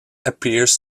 appears